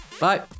Bye